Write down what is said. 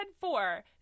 four